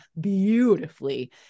beautifully